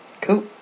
cool